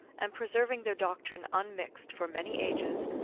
and preserving their doctrine unmixed for many ages,